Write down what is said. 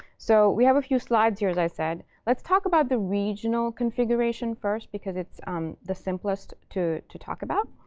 so we have a few slides here, as i said. let's talk about the regional configuration first because it's the simplest to to talk about.